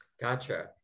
Gotcha